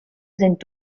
sind